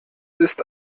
ist